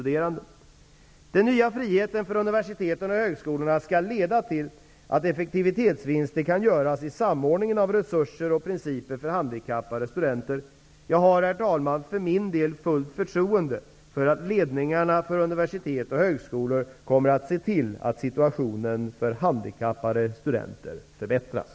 Den nya friheten för universiteten och högskolorna skall leda till att effektivitetsvinster kan göras i samordningen av resurser och principer för handikappade studenter. Jag har fullt förtroende för att ledningarna för universitet och högskolor kommer att se till att situationen för handikappade studenter förbättras.